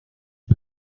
two